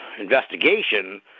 investigation